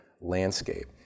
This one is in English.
landscape